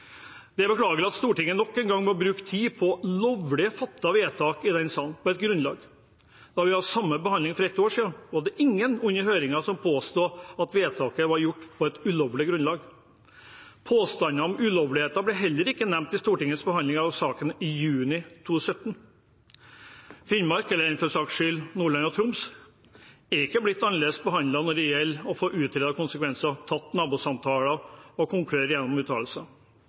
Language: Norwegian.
Det er beklagelig at Stortinget nok en gang må bruke tid på lovlig fattede vedtak i denne salen. Da vi hadde samme behandling for et år siden, var det ingen i høringen som påsto at vedtaket var gjort på ulovlig grunnlag. Påstander om ulovligheter ble heller ikke uttalt i Stortingets behandling av saken i juni 2017. Finnmark – eller for den saks skyld Nordland og Troms – er ikke blitt annerledes behandlet når det gjelder å få utredet konsekvenser, tatt nabosamtaler og konkludert gjennom uttalelser.